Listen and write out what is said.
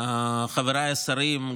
וחבריי השרים,